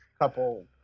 couple